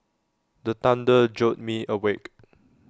the thunder jolt me awake